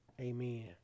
amen